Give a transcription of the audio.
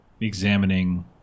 examining